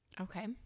Okay